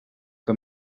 que